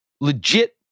legit